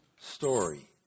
story